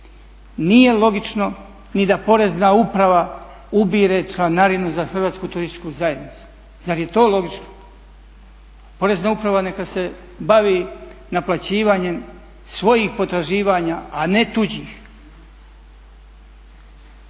Nije logično ni da Porezna uprava ubire članarinu za Hrvatsku turističku zajednicu. Zar je to logično? Porezna uprava neka se bavi naplaćivanjem svojih potraživanja, a ne tuđih.